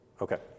Okay